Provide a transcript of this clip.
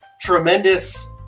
tremendous